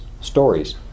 stories